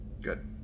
Good